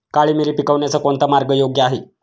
काळी मिरी पिकवण्याचा कोणता मार्ग योग्य आहे?